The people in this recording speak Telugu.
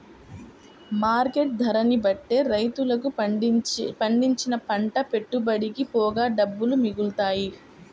మార్కెట్ ధరని బట్టే రైతులకు పండించిన పంట పెట్టుబడికి పోగా డబ్బులు మిగులుతాయి